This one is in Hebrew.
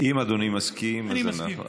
אם אדוני מסכים, אז אנחנו, אני מסכים.